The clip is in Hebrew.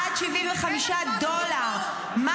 ביטול פטור ממס על משלוחים מחו"ל עד 75 דולר -- אין הקפאה של קצבאות.